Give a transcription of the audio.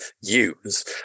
use